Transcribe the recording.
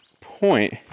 point